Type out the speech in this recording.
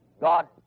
God